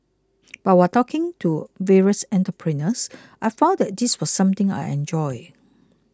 but while talking to various entrepreneurs I found that this was something I enjoyed